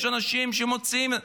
יש אנשים שמוציאים,